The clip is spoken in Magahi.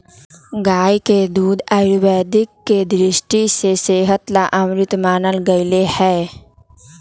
गाय के दूध आयुर्वेद के दृष्टि से सेहत ला अमृत मानल गैले है